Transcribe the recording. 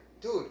Dude